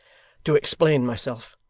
to explain myself.